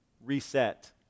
Reset